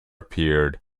appeared